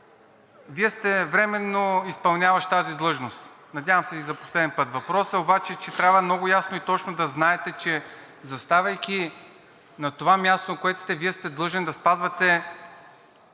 Вие сте временно изпълняващ тази длъжност, надявам се и за последен път. Въпросът е обаче, че трябва много ясно и точно да знаете, че заставайки на това място, на което сте, Вие сте длъжен да спазвате